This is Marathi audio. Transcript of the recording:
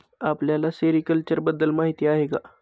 आपल्याला सेरीकल्चर बद्दल माहीती आहे का?